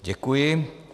Děkuji.